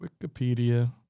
Wikipedia